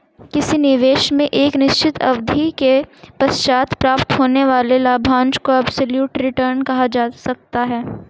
किसी निवेश में एक निश्चित अवधि के पश्चात प्राप्त होने वाले लाभांश को एब्सलूट रिटर्न कहा जा सकता है